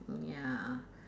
mm ya